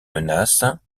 menace